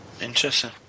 Interesting